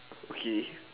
okay